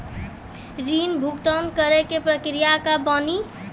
ऋण भुगतान करे के प्रक्रिया का बानी?